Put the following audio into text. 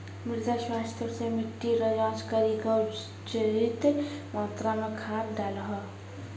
मृदा स्वास्थ्य मे मिट्टी रो जाँच करी के उचित मात्रा मे खाद डालहो